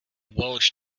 welsh